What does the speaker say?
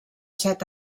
set